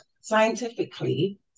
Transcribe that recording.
scientifically